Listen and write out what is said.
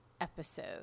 episode